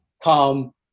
come